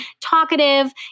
talkative